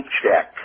check